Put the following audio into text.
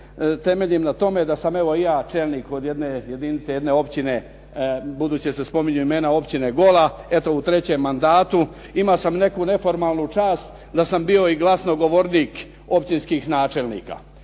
temeljim na tome da sam evo i ja čelnik jedne jedinice općine budući se spominju imena općine Gola eto u trećem mandatu. Imao sam neku neformalnu čast da sam bio i glasnogovornik općinskih načelnika.